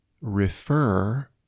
refer